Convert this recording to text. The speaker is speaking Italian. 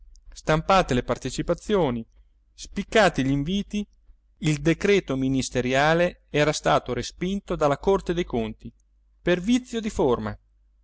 stampate le partecipazioni spiccati gli inviti il decreto ministeriale era stato respinto dalla corte dei conti per vizio di forma